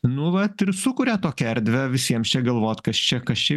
nu vat ir sukuria tokią erdvę visiems čia galvot kas čia kas čia